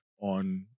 on